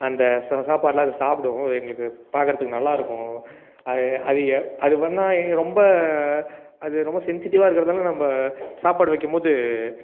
அந்த சில சாப்பாடுலாம் அது சாப்பிடும் எங்களுக்கு பார்க்கறதுக்கு நல்லாயிருக்கும் அது அது அது பண்ணிணா எங்கள் ரொம்ப அது ரொம்ப சென்சிட்டிவ்வாகே இருக்கிறதுனால நம்ம சாப்பாடு வைக்கும் போது